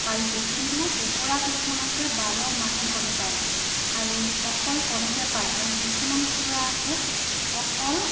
পাৰিছিল কিন্তু কুকুৰা কিছুমান আছে বাৰ মাহে কণী পাৰে আৰু অকল কণীকে পাৰে আৰু কিছুমান কুকুৰা আছে অকল